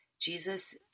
Jesus